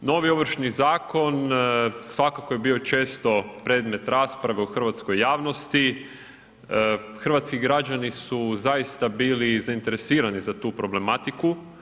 Novi Ovršni zakon svakako je bio često predmet rasprave u hrvatskoj javnosti, hrvatski građani su zaista bili zainteresiran za tu problematiku.